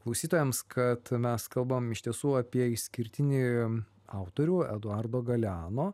klausytojams kad mes kalbam iš tiesų apie išskirtinį autorių eduardo galeano